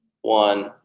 one